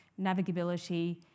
navigability